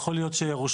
יכול להיות שירושלים,